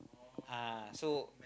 ah so